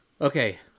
okay